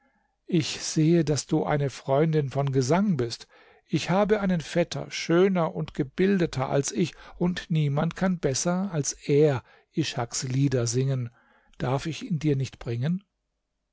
ich sehe daß du eine freundin von gesang bist ich habe einen vetter schöner und gebildeter als ich und niemand kann besser als er ishaks lieder singen darf ich ihn dir nicht bringen